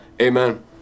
Amen